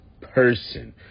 person